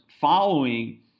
following